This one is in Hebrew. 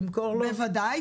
בוודאי.